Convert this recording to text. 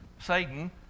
Satan